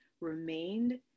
remained